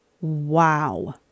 Wow